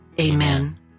Amen